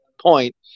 point